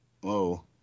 whoa